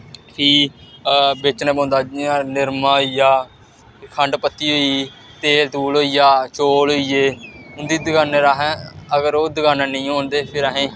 कि बेचना पौंदा जि'यां निरमा होई गेआ खंड पत्ती होई गेई तेल तूल होई गेआ चौल होई गै उं'दी दकानें पर असें अगर ओह् दकानां नेईं होन ते फिर असें गी